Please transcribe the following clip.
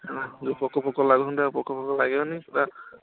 ହଁ ଯେଉଁ ପୋକ ଫୋକ ଲାଗୁଛନ୍ତି ଆଉ ପୋକ ଫୋକ ଲାଗିବେନି ପୂରା